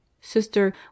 Sister